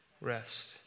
rest